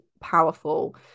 powerful